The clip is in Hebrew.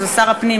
שהוא שר הפנים,